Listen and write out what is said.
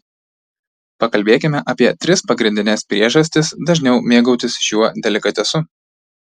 pakalbėkime apie tris pagrindines priežastis dažniau mėgautis šiuo delikatesu